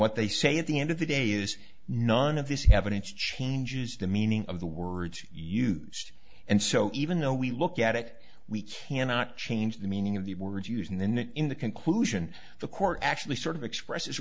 what they say at the end of the day is none of this evidence changes the meaning of the words used and so even though we look at it we cannot change the meaning of the words used and then in the conclusion the court actually sort of expresses